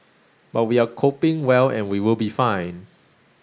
but we are coping well and we will be fine